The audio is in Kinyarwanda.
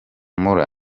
mula